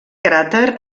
cràter